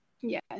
yes